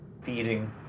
feeding